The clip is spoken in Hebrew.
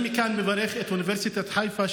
אני מברך מכאן את אוניברסיטת חיפה,